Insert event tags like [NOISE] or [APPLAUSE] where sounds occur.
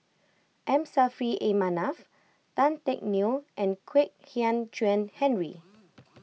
M Saffri A Manaf Tan Teck Neo and Kwek Hian Chuan Henry [NOISE]